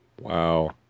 Wow